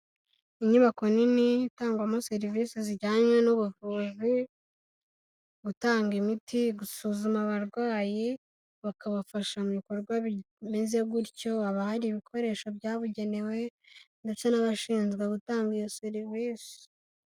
Inyubako nini itangwamo serivisi zijyanye n'ubuvuzi, gutanga imiti, gusuzuma abarwayi bakabafasha mu bikorwa bimeze gutyo, haba hari ibikoresho byabugenewe ndetse n'abashinzwe gutanga iyo serivisi.